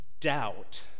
doubt